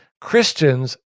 christians